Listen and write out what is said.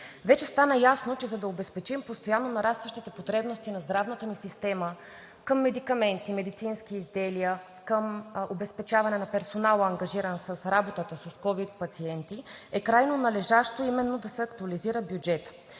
Вече стана ясно, че за да обезпечим постоянно нарастващите потребности на здравната ни система към медикаменти и медицински изделия, към обезпечаване на персонала, ангажиран с работата с ковид пациенти, е крайно належащо именно да се актуализира бюджетът.